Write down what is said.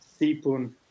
Sipun